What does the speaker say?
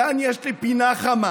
כאן יש לי פינה חמה,